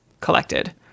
collected